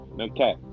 Okay